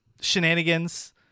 shenanigans